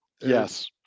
yes